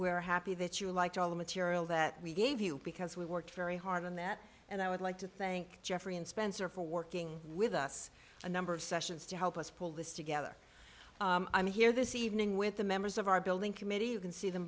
we're happy that you like all the material that we gave you because we worked very hard on that and i would like to think jeffrey and spencer for working with us a number of sessions to help us pull this together i'm here this evening with the members of our building committee you can see them